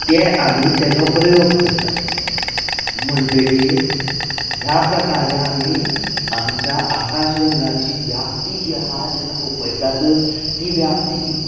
तें आमी तेजो प्रयोग करतात म्हणटगीर ह्या प्रकारे आमी आमच्या आकाशगंगाची व्यापती जी आहा जेन्ना पयतात ती व्यापती